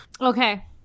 Okay